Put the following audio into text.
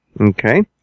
Okay